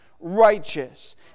Righteous